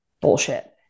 bullshit